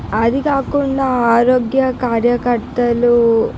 అది కాకుండా ఆరోగ్య కార్యకర్తలు